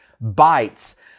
bites